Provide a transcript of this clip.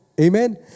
Amen